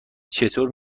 چطور